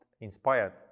inspired